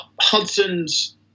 Hudson's